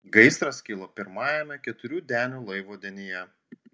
gaisras kilo pirmajame keturių denių laivo denyje